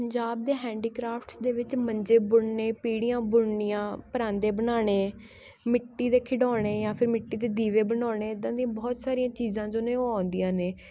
ਪੰਜਾਬ ਦੇ ਹੈਂਡੀਕ੍ਰਾਫਟਸ ਦੇ ਵਿੱਚ ਮੰਜੇ ਬੁਣਨੇ ਪੀੜੀਆਂ ਬੁਣਨੀਆਂ ਪਰਾਂਦੇ ਬਣਾਣੇ ਮਿੱਟੀ ਦੇ ਖਿਡੌਣੇ ਯਾ ਫਿਰ ਮਿੱਟੀ ਦੇ ਦੀਵੇ ਬਣਾਉਣੇ ਇੱਦਾਂ ਦੀਆਂ ਬਹੁਤ ਸਾਰੀਆਂ ਚੀਜ਼ਾਂ ਜੋ ਨੇ ਉਹ ਆਉਂਦੀਆਂ ਨੇ